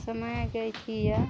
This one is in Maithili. समयके अय कियए